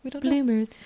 bloomers